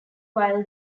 while